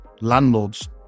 landlords